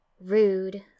Rude